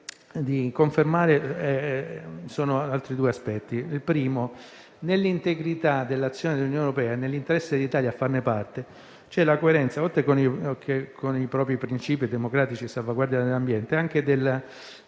ora confermare altri due aspetti. Il primo: nell'integrità dell'azione dell'Unione europea e nell'interesse dell'Italia a farne parte, c'è la coerenza, oltre che con i propri principi democratici e la salvaguardia dell'ambiente, anche con